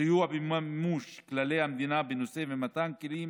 סיוע במימוש כללי המדינה בנושא ומתן כלים